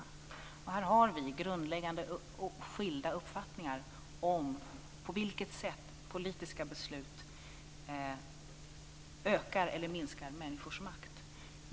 Här har vi grundläggande skilda uppfattningar om på vilket sätt politiska beslut ökar eller minskar människors makt.